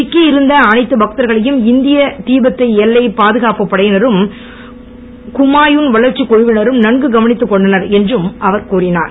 சிக்கி இருந்த அனைத்து பக்தர்களையும் இந்திய தீபத்திய எல்லைப் பாதுகாப்பு படையினரும் குமாயுன் வளர்ச்சி குழுவினரும் நன்கு கவனித்துக் கொண்டனர் என்றும் அவர் கூறியுள்ளார்